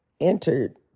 entered